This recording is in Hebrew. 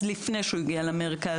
לפני שהוא הגיע למרכז,